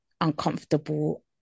uncomfortable